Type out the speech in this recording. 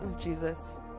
Jesus